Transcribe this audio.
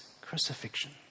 crucifixion